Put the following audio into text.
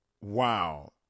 wow